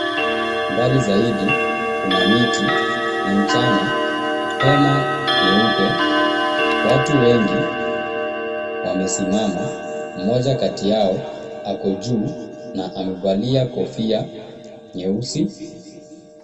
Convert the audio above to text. Mbali zaidi kuna miti, ni mchana hema nyeupe watu wengi wamesimama mmoja kati yao ako juu na amevalia kofia nyeusi.